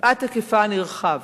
מפאת היקפה הנרחב